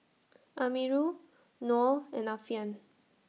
Amirul Noh and Alfian